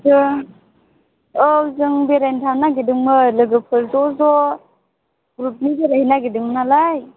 बे औ जों बेरायनो थांनो नागिरदोंमोन लोगोफोर ज' ज' ग्रुपनि बेरायहैनो नागिरदोंमोन नालाय